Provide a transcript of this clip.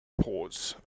pause